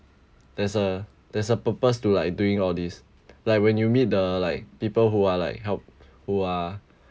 there's a there's a purpose to like doing all these like when you meet the like people who are like help who are